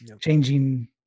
changing